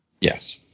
Yes